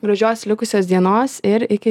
gražios likusios dienos ir iki